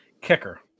kicker